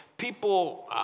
people